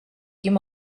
him